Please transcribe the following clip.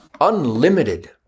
unlimited